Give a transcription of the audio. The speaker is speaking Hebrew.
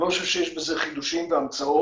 אני לא חושב שיש בזה חידושים והמצאות,